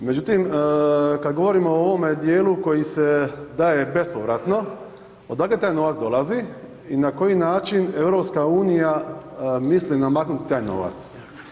Međutim, kad govorimo o ovome dijelu koji se daje bespovratno, odakle taj novac dolazi i na koji način EU misli namaknut taj novac?